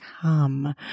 come